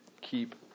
keep